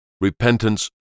Repentance